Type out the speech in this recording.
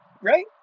Right